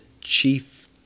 chief